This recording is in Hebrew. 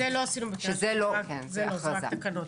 את זה לא עשינו --- זה רק תקנות.